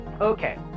Okay